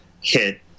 hit